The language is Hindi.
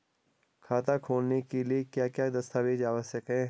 खाता खोलने के लिए क्या क्या दस्तावेज़ आवश्यक हैं?